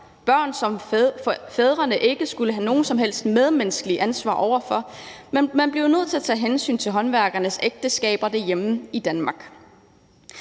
børn, som fædrene ikke skulle have noget som helst medmenneskeligt ansvar over for, men man blev jo nødt til at tage hensyn til håndværkernes ægteskaber derhjemme i Danmark.